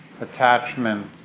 attachment